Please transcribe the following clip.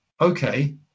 okay